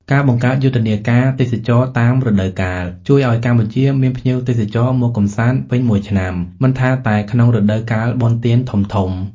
ការបង្កើតយុទ្ធនាការទេសចរណ៍តាមរដូវកាល ជួយឱ្យកម្ពុជាមានភ្ញៀវទេសចរមកកម្សាន្តពេញមួយឆ្នាំ មិនថាតែក្នុងរដូវកាលបុណ្យទានធំៗ។